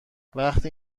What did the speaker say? وقتی